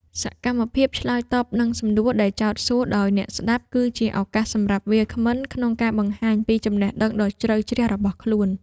សកម្មភាពឆ្លើយតបនឹងសំណួរដែលចោទសួរដោយអ្នកស្ដាប់ គឺជាឱកាសសម្រាប់វាគ្មិនក្នុងការបង្ហាញពីចំណេះដឹងដ៏ជ្រៅជ្រះរបស់ខ្លួន។